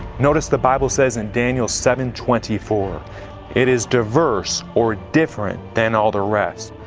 notice the bible says in daniel seven twenty four it is diverse or different than all the rest.